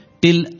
till